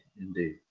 indeed